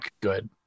good